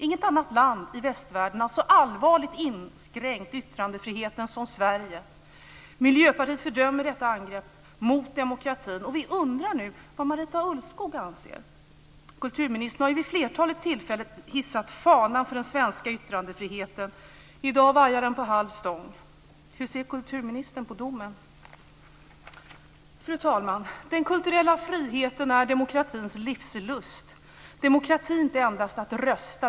Inget annat land i västvärlden har så allvarligt inskränkt yttrandefriheten som Sverige. Miljöpartiet fördömer detta angrepp mot demokratin. Vi undrar nu vad Marita Ulvskog anser. Kulturministern har ju vid flertalet tillfällen hissat fanan för den svenska yttrandefriheten. I dag vajar den på halv stång. Hur ser kulturministern på domen? Fru talman! Den kulturella friheten är demokratins livslust. Demokrati är inte endast att rösta.